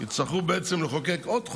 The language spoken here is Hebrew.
יצטרכו בעצם לחוקק עוד חוק,